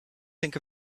think